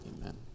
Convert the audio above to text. amen